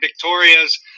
Victoria's